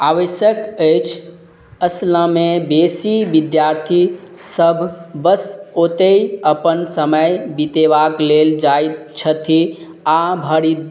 आवश्यक अछि असलमे बेसी विद्यार्थी सभ बस ओतए अपन समय बितयबाक लेल जाइत छथि आ भरि